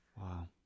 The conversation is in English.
Wow